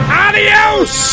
adios